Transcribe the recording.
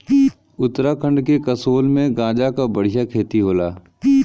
उत्तराखंड के कसोल में गांजा क बढ़िया खेती होला